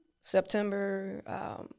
September